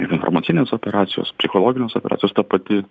ir informacinės operacijos psichologinės operacijos ta pati